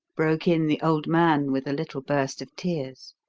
broke in the old man with a little burst of tears.